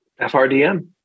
FRDM